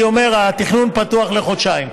הייתי אומר: התכנון פתוח לחודשיים.